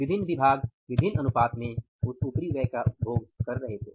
विभिन्न विभाग अलग अलग अनुपात मे उस उपरिव्यय का उपभोग कर रहे थे